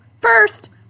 first